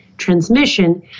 transmission